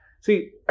See